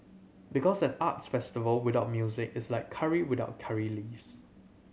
because an arts festival without music is like curry without curry leaves